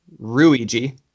Ruiji